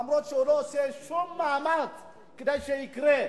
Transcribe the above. אף שהוא לא עושה שום מאמץ כדי שיקרה.